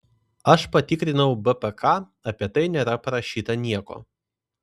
aš patikrinau bpk apie tai nėra parašyta nieko